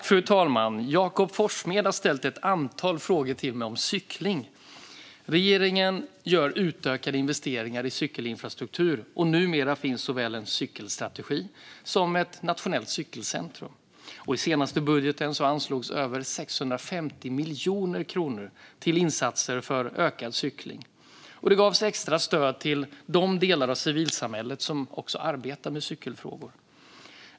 Fru talman! Jakob Forssmed har ställt ett antal frågor till mig om cykling. Regeringen gör utökade investeringar i cykelinfrastruktur, och numera finns såväl en cykelstrategi som ett nationellt cykelcentrum. I senaste budgeten anslogs över 650 miljoner kronor till insatser för ökad cykling, och det gavs extra stöd till de delar av civilsamhället som arbetar med cykelfrågor.